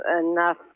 enough